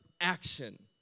action